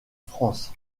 france